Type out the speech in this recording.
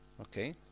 Okay